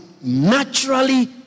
naturally